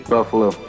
Buffalo